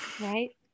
Right